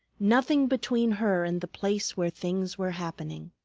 nothing between her and the place where things were happening.